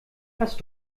hast